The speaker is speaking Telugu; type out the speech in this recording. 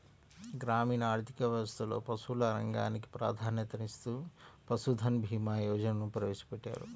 గ్రామీణ ఆర్థిక వ్యవస్థలో పశువుల రంగానికి ప్రాధాన్యతనిస్తూ పశుధన్ భీమా యోజనను ప్రవేశపెట్టారు